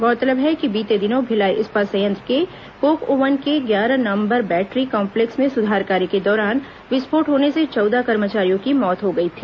गौरतलब है कि बीते दिनों भिलाई इस्पात संयंत्र के कोक ओवन के ग्यारह नंबर बैटरी कॉम्पलेक्स में सुधार कार्य के दौरान विस्फोट होने से चौदह कर्मचारियों की मौत हो गई थी